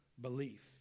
belief